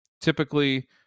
typically